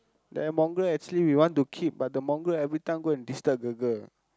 the Mongrel actually we want to keep but the Mongrel every time go and disturb the girl